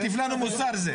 מטיף לנו מוסר, זה.